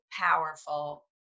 powerful